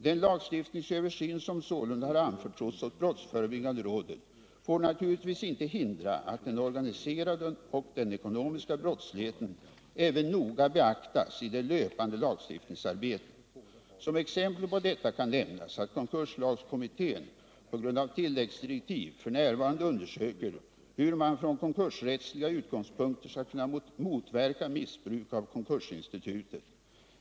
Den lagstiftningsöversyn som sålunda har anförtrotts åt brottsförebyggande rådet får naturligtvis inte hindra att den organiserade och ekonomiska brottsligheten även noga beaktas i det löpande lagstiftningsarbetet. Som exempel på detta kan nämnas att konkurslagskommittén på grund av tilläggsdirektiv f.n. undersöker hur man från konkursrättsliga utgångspunkter skall kunna motverka missbruk av konkursinstitutet.